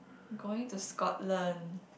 going to Scotland